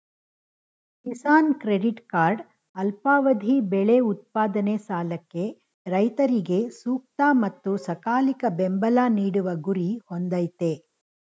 Kisan credit card ಅಲ್ಪಾವಧಿ ಬೆಳೆ ಉತ್ಪಾದನೆ ಸಾಲಕ್ಕೆ ರೈತರಿಗೆ ಸೂಕ್ತ ಮತ್ತು ಸಕಾಲಿಕ ಬೆಂಬಲ ನೀಡುವ ಗುರಿ ಹೊಂದಯ್ತೆ